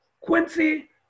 Quincy